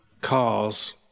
cars